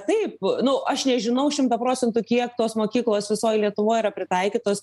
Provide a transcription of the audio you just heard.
taip nu aš nežinau šimtą procentų kiek tos mokyklos visoj lietuvoj yra pritaikytos